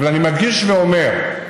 אבל אני מדגיש ואומר: